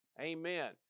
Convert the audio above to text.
Amen